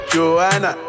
Joanna